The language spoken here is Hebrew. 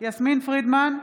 יסמין פרידמן,